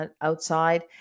outside